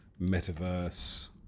metaverse